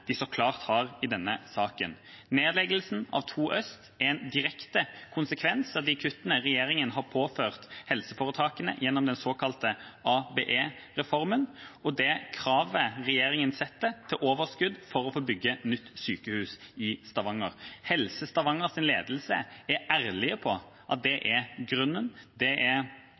de så klart har i denne saken. Nedleggelsen av 2 Øst er en direkte konsekvens av de kuttene regjeringen har påført helseforetakene gjennom den såkalte ABE-reformen, og det kravet regjeringen setter til overskudd for å få bygge nytt sykehus i Stavanger. Ledelsen i Helse Stavanger er ærlig på at det er